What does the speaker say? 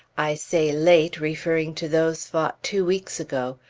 i say late, referring to those fought two weeks ago.